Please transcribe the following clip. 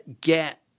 get